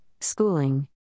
schooling